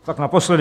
Tak naposledy.